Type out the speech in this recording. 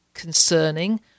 Concerning